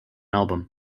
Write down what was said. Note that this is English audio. album